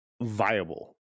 Viable